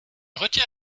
retire